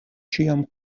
ĉiam